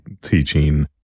teaching